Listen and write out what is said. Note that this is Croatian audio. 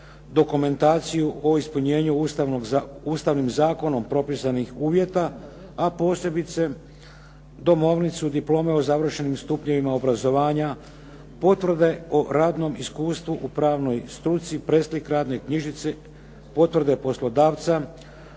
dokumentaciju o ispunjenju ustavnim zakonom propisanim uvjeta, a posebice domovnicu, diplome o završenim stupnjevima obrazovanja, potvrde o radnom iskustvu u pravnoj struci, preslik radne knjižice, potvrde poslodavca,